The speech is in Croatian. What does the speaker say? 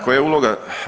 Koja je uloga?